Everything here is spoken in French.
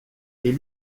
est